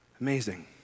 Amazing